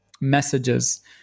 messages